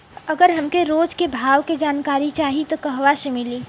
अगर हमके रोज के भाव के जानकारी चाही त कहवा से मिली?